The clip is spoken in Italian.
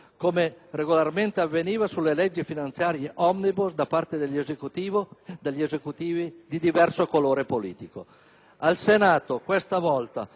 come regolarmente avveniva sulle leggi finanziarie *omnibus* da parte di Esecutivi di diverso colore politico. Al Senato, questa volta,